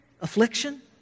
affliction